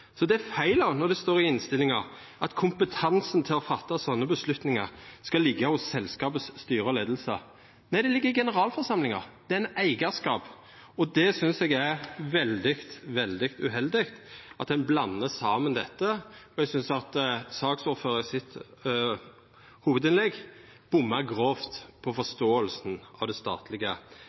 Så det er feil når det står i innstillinga at «kompetansen til å fatte slike beslutninger skal ligge hos selskapets styre og ledelse». Nei, det ligg hos generalforsamlinga, det er ei eigarskapssak. Eg synest det er veldig, veldig uheldig at ein blandar saman dette, og eg synest at saksordføraren i sitt hovudinnlegg bomma grovt i forståinga av det statlege